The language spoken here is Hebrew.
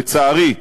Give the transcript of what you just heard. לצערי,